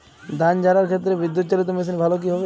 ধান ঝারার ক্ষেত্রে বিদুৎচালীত মেশিন ভালো কি হবে?